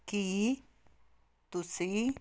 ਕੀ ਤੁਸੀਂ